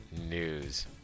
news